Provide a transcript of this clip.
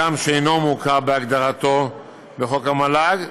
הגם שאינו מוכר בהגדרתו בחוק המל"ג,